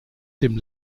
dem